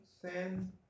sand